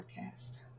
podcast